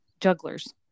jugglers